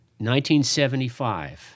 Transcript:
1975